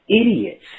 idiots